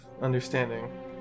understanding